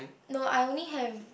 no I only have